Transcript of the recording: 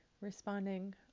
responding